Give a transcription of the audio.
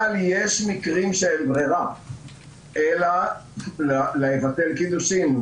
אבל, יש מקרים שאין ברירה אלא לבטל קידושין.